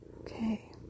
Okay